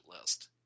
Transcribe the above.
list